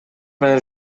менен